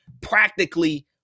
practically